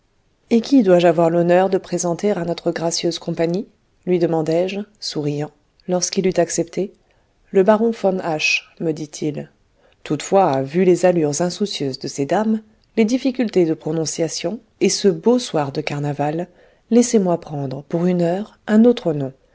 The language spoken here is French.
et qui dois-je avoir l'honneur de présenter à notre gracieuse compagnie lui demandai-je souriant lorsqu'il eut accepté le baron von h me dit-il toutefois vu les allures insoucieuses de ces dames les difficultés de prononciation et ce beau soir de carnaval laissez-moi prendre pour une heure un autre nom